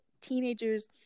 teenagers